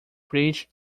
bridge